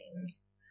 games